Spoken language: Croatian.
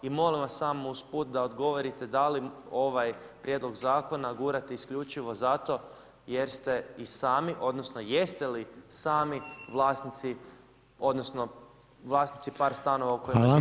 I molim vas samo usput da odgovorite da li ovaj prijedlog zakona gurate isključivo zato jer ste i sami odnosno jeste li sami vlasnici odnosno vlasnici par stanova u kojima žive stanari?